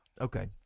Okay